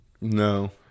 No